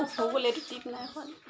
হৈ গ'ল এইটো টিপ নাই খোৱা যে